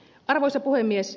arvoisa puhemies